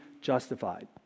justified